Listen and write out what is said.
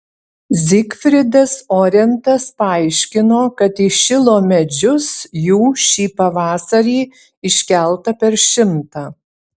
zygfridas orentas paaiškino kad į šilo medžius jų šį pavasarį iškelta per šimtą